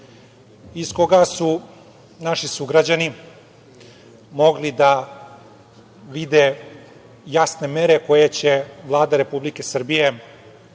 iz koga su naši sugrađani mogli da vide jasne mere koje će Vlada Republike Srbije